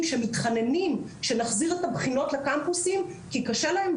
שמתחננים שנחזיר את הבחינות לקמפוסים כי קשה להם,